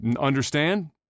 understand